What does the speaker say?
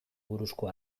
buruzko